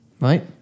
right